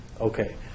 Okay